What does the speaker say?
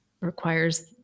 requires